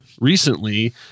recently